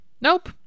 Nope